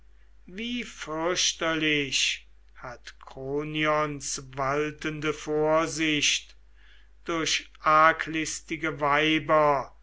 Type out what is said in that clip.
wie fürchterlich hat kronions waltende vorsicht durch arglistige weiber